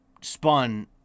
spun